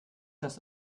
das